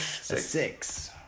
Six